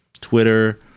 Twitter